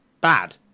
bad